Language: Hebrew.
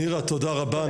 נירה תודה רבה,